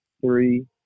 three